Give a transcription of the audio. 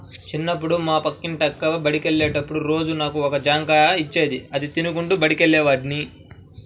చిన్నప్పుడు మా పక్కింటి అక్క బడికెళ్ళేటప్పుడు రోజూ నాకు ఒక జాంకాయ ఇచ్చేది, అది తింటూ బడికెళ్ళేవాడ్ని